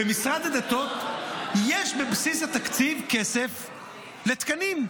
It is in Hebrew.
במשרד הדתות יש בבסיס התקציב כסף לתקנים.